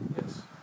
Yes